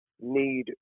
need